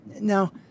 Now